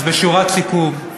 אז בשורת סיכום,